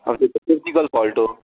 अब त्यो त टेक्निकल फल्ट हो